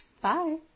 Bye